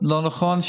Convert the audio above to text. לא נכון.